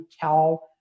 tell